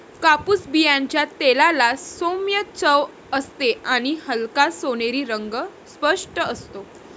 कापूस बियांच्या तेलाला सौम्य चव असते आणि हलका सोनेरी रंग स्पष्ट असतो